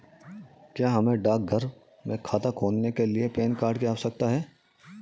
क्या हमें डाकघर में खाता खोलने के लिए पैन कार्ड की आवश्यकता है?